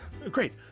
great